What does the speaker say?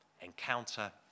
encounter